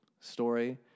story